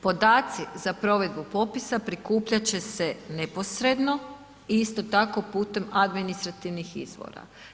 Podaci za provedbu popisa prikupljat će se neposredno i isto tako putem administrativnih izbora.